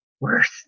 worse